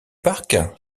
parc